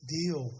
deal